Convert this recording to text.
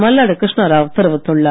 மல்லாடி கிருஷ்ணராவ் தெரிவித்துள்ளார்